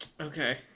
Okay